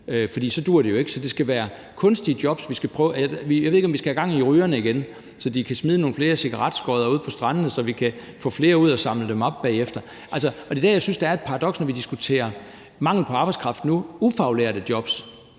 for så duer det jo ikke. Det skal være kunstige jobs. Jeg ved ikke, om vi skal have gang i rygerne igen, så de kan smide nogle flere cigaretskodder ude på strandene, så vi kan få flere ud at samle dem op bagefter. Det er der, jeg synes, der er et paradoks, når vi nu diskuterer mangel på arbejdskraft i forhold til ufaglærte jobs.